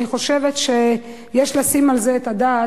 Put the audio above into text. אני חושבת שיש לתת על זה את הדעת.